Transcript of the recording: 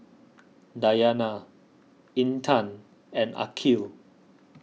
Dayana Intan and Aqil